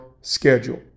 schedule